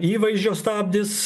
įvaizdžio stabdis